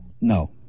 No